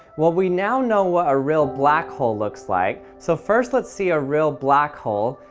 well, we now know what a real black hole looks like so first let's see a real black hole,